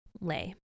lay